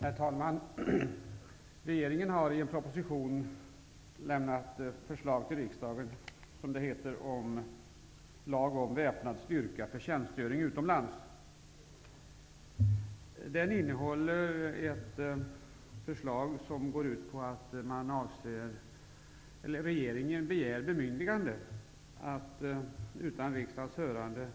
Herr talman! Regeringen har i en proposition lämnat förslag till riksdagen om, som det heter, lag om väpnad styrka för tjänstgöring utomlands. Den innehåller ett förslag som går ut på att regeringen begär bemyndigande att utan riksdagens hörande